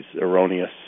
erroneous